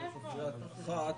אחת,